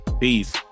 Peace